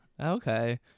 Okay